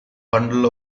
bundle